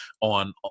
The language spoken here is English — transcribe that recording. on